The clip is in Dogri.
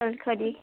चल खरी